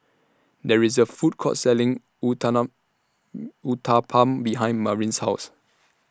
There IS A Food Court Selling Uthapam behind Marin's House